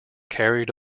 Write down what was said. carried